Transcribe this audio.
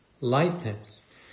lightness